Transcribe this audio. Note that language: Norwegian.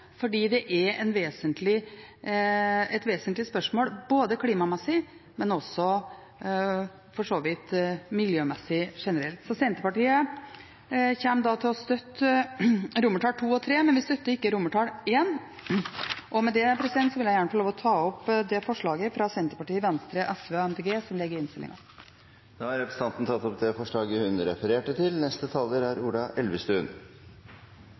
fordi det er et vesentlig spørsmål både klimamessig og for så vidt også generelt miljømessig. Så Senterpartiet kommer til å støtte komiteens innstilling til vedtak II og III, men vi støtter ikke I. Og med det vil jeg gjerne få lov til å ta opp de forslagene fra Senterpartiet, Venstre, Sosialistisk Venstreparti og Miljøpartiet De Grønne som ligger i innstillingen. Representanten Marit Arnstad har tatt opp de forslagene hun refererte til.